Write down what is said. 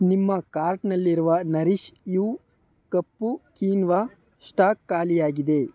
ನಿಮ್ಮ ಕಾರ್ಟ್ನಲ್ಲಿರುವ Nourish You ಕಪ್ಪು ಕೀನ್ವ ಸ್ಟಾಕ್ ಖಾಲಿಯಾಗಿದೆ